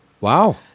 Wow